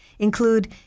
Include